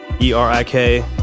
E-R-I-K